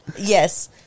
yes